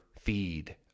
feed